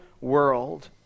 world